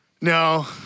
No